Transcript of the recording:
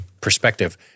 perspective